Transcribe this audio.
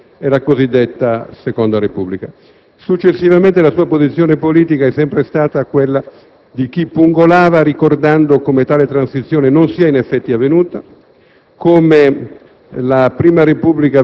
tra la cosiddetta Prima Repubblica e la cosiddetta Seconda Repubblica. Successivamente, la sua posizione politica è stata sempre quella di chi pungolava, ricordando come tale transizione non sia in effetti avvenuta